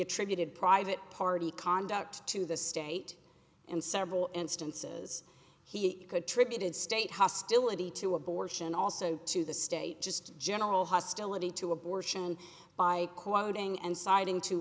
attributed private party conduct to the state and several instances he could tributed state hostility to abortion also to the state just general hostility to abortion by quoting